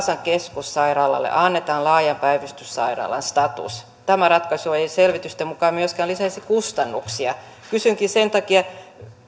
vaasan keskussairaalalle annetaan laajan päivystyssairaalan status tämä ratkaisu ei selvitysten mukaan myöskään lisäisi kustannuksia kysynkin sen takia